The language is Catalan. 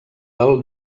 del